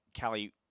Callie